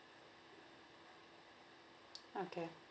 okay